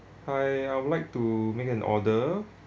hi I would like to make an order